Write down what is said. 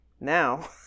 Now